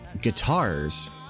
guitars